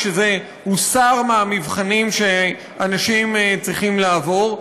כשזה הוסר מהמבחנים שאנשים צריכים לעבור,